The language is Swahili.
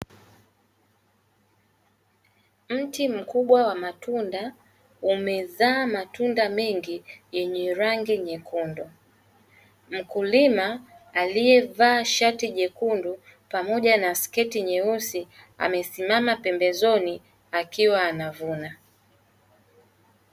Mti mkubwa wa matunda umezaa matunda mengi yenye rangi nyekundu, mkulima aliye shati jekundu pamoja na sketi nyeusi amesimama pembeni akiwa anavuna.